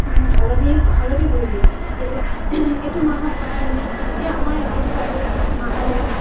হালধি হালধি গুড়ি দিওঁ এইটো মাহত প্ৰায় মানে এই আমাৰ এইটো ছাইডত মা এই